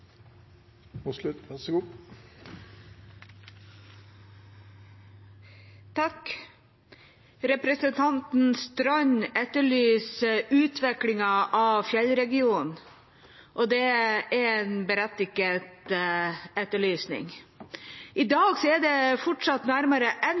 Representanten Knutsdatter Strand etterlyser utviklingen av Fjellregionen, og det er en berettiget etterlysning. I